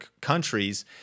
countries